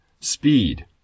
speed